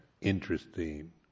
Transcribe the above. interesting